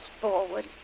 forward